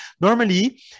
Normally